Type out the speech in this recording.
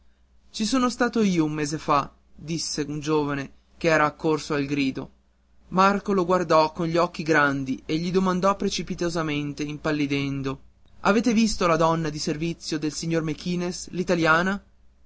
ci son stato io un mese fa disse un giovane che era accorso al grido marco lo guardò con gli occhi grandi e gli domandò precipitosamente impallidendo avete visto la donna di servizio del signor